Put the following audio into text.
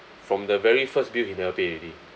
from the very first bill he never pay already